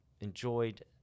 enjoyed